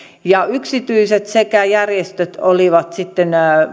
yksityiset sekä järjestöt olivat sitten